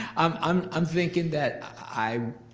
um i'm um thinking that i.